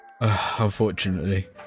Unfortunately